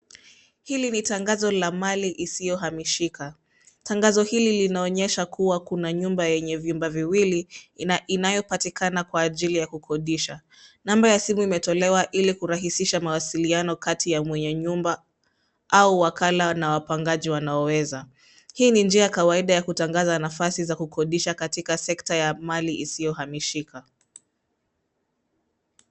Hili ni tangazo la mali hisiyoamishika, tangazo hili linaonyesha kuwa kuna nyumba yenye vyumba viwili na inayopatikana kwa ajili ya kukodisha, number ya simu imetolewa hili kurahisisha mawasiliano kati ya mwenye nyumba au wakala na wapangaji wanaoweza ,Hii ni njia ya kawaida ya kutangaza kukodisha katika sekta ya mali isiyoamishika.